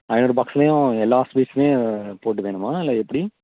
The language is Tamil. ஆயிரம் பாக்ஸுலையும் எல்லா ஃபீஸ்மே போட்டு வேணுமா இல்லை எப்படி